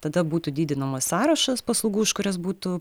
tada būtų didinamas sąrašas paslaugų už kurias būtų